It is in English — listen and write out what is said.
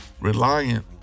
reliant